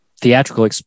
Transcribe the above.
theatrical